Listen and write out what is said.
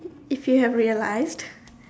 if you have realised